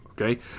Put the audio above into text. okay